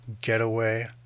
Getaway